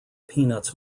peanuts